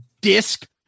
disc